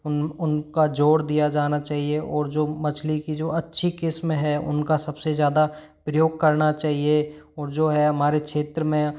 उन उनका जोर दिया जाना चाहिए और जो मछली की जो अच्छी किस्म है उनका सबसे ज़्यादा प्रयोग करना चाहिए और जो है हमारे क्षेत्र में